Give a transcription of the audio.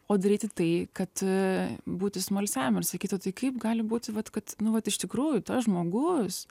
o daryti tai kad būti smalsiam ir sakyti o tai kaip gali būti vat kad nu vat iš tikrųjų tas žmogus